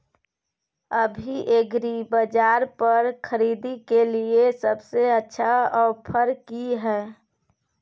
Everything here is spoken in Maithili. अभी एग्रीबाजार पर खरीदय के लिये सबसे अच्छा ऑफर की हय?